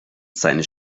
seine